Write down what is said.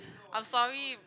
I'm sorry